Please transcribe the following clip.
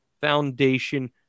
foundation